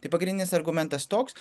tai pagrindinis argumentas toks